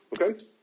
Okay